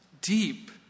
deep